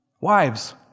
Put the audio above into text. Wives